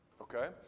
Okay